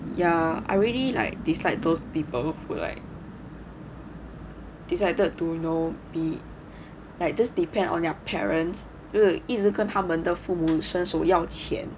ya I really like dislike those people who like decided to you know be like just depend on your parents 就是一直跟他们的父母伸手要钱